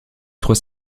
trois